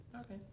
Okay